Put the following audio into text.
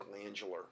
glandular